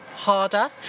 harder